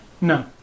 No